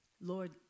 Lord